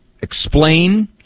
explain